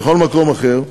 בכל מקום אחר,